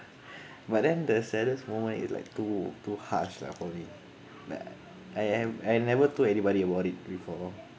but then the saddest moment is like too too harsh lah for me like I am I never told anybody about it before